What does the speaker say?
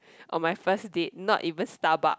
on my first date not even Starbucks